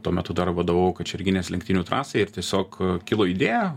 tuo metu dar vadovavau kačerginės lenktynių trasai ir tiesiog kilo idėja